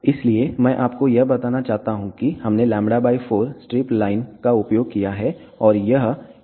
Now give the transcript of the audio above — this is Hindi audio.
इसलिए मैं आपको यह बताना चाहता हूं कि हमने λ 4 स्ट्रिप लाइन का उपयोग किया है और यह इस एंड पर ओपन है